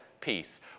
peace